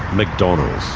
mcdonald's.